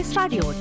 Radio